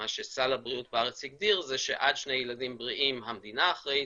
מה שסל הבריאות בארץ הגדיר שעד שני ילדים בריאים המדינה אחראית,